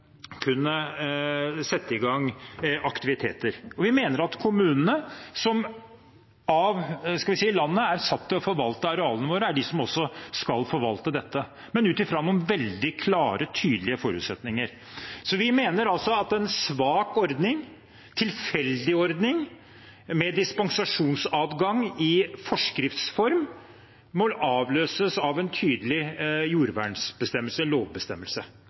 forvalte arealene våre, er de som også skal forvalte dette, men ut fra noen veldig klare, tydelige forutsetninger. Vi mener altså at en svak og tilfeldig ordning med dispensasjonsadgang i forskrifts form må avløses av en tydelig jordvernbestemmelse, en lovbestemmelse.